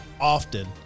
often